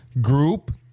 group